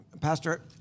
Pastor